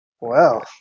Wow